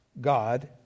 God